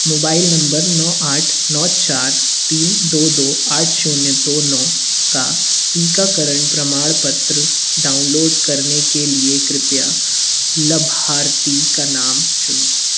mobile number नौ आठ नौ चार तीन दो दो आठ दो जीरो नौ का टीकाकरण प्रमाणपत्र डाउनलोड करने के लिए कृपया लाभार्थी का नाम चुनें